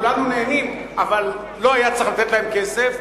כולנו נהנים, אבל לא היה צריך לתת להם כסף.